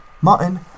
Martin